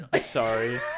Sorry